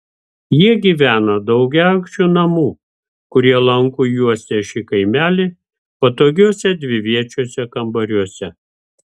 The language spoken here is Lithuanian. jie gyveno daugiaaukščių namų kurie lanku juosė šį kaimelį patogiuose dviviečiuose kambariuose